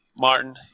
Martin